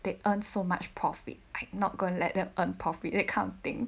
they earn so much profit I not gonna let them earn profit that kind of thing